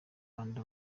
rwanda